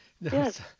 Yes